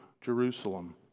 Jerusalem